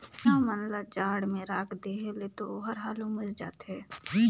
चिंया मन ल जाड़ में राख देहे ले तो ओहर हालु मइर जाथे